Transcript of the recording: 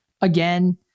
again